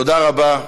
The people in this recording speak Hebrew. תודה רבה.